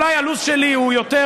אולי הלו"ז שלי הוא יותר,